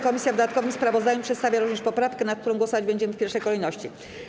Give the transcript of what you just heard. Komisja w dodatkowym sprawozdaniu przedstawia również poprawkę, nad którą głosować będziemy w pierwszej kolejności.